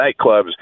nightclubs